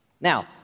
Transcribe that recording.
Now